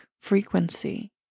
frequency